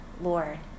Lord